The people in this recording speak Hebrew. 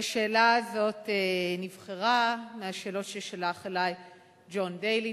השאלה הזאת נבחרה מהשאלות ששלח אלי ג'ון דיילי,